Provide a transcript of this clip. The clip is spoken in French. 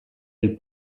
elle